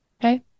Okay